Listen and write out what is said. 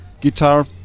guitar